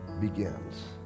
begins